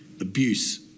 abuse